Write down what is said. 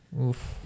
Oof